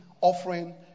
offering